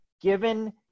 given